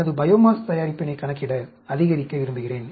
எனது பையோமாஸ் தயாரிப்பினைக் கணக்கிட அதிகரிக்க விரும்புகிறேன்